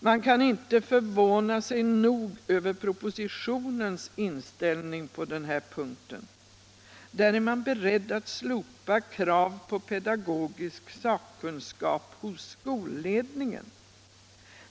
Man kan inte förvåna sig nog över propositionens inställning på denna punkt. Där är man beredd att slopa krav på pedagogisk sakkunskap hos skolledningen.